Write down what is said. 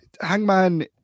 Hangman